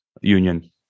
union